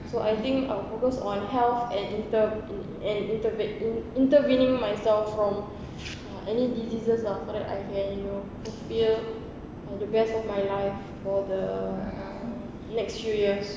so I think uh focus on health and inter~ in~ and interv~ intervening myself from any diseases ah correct I can you know feel the best of my life for the next few years